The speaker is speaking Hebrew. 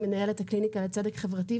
שהיא מנהלת הקליניקה לצדק חברתי,